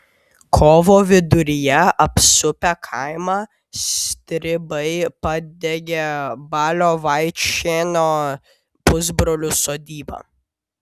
kovo viduryje apsupę kaimą stribai padegė balio vaičėno pusbrolių sodybą